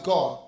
God